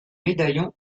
médaillon